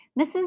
Mrs